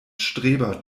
streber